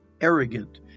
arrogant